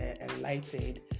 enlightened